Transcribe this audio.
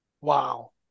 Wow